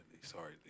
Sorry